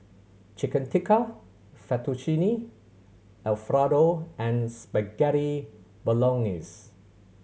Chicken Tikka Fettuccine Alfredo and Spaghetti Bolognese